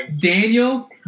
Daniel